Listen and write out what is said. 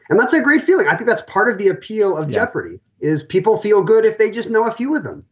and that's a great feeling. i think that's part of the appeal of jeopardy is people feel good if they just know a few of them.